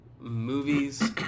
movies